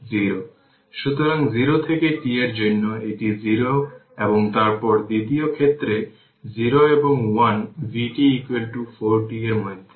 সুতরাং 0 থেকে t এর জন্য এটি 0 এবং তারপর দ্বিতীয় ক্ষেত্রে 0 এবং 1 vt 4 t এর মধ্যে